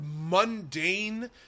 mundane